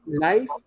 life